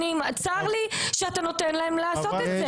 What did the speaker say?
צר לי שאתה נותן להם לעשות את זה.